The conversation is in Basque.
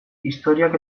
historiak